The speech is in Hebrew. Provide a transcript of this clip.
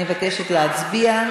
אני מבקשת להצביע.